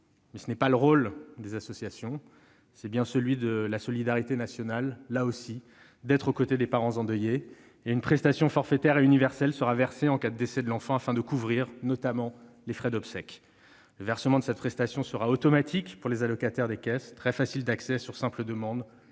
ce n'est pas le rôle de ces associations ; il revient, là aussi, à la solidarité nationale d'être aux côtés des parents endeuillés ; ainsi, une prestation forfaitaire et universelle sera versée en cas de décès de l'enfant afin de couvrir, notamment, les frais d'obsèques. Le versement de cette prestation sera automatique pour les allocataires des caisses et sera très facile d'accès- sur simple demande